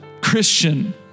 Christian